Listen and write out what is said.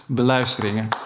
beluisteringen